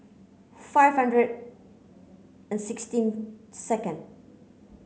five hundred and sixteen second